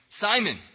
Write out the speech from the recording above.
Simon